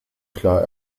klar